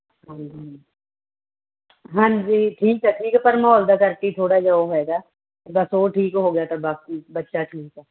ਹਾਂਜੀ ਹਾਂਜੀ ਠੀਕ ਹੈ ਹਾਂਜੀ ਠੀਕ ਆ ਪਰ ਮਾਹੌਲ ਦਾ ਕਰਕੇ ਥੋੜ੍ਹਾ ਜਿਹਾ ਉਹ ਹੈਗਾ ਬਸ ਉਹ ਠੀਕ ਹੋ ਗਿਆ ਤਾਂ ਬਾਕੀ ਬੱਚਾ ਠੀਕ ਆ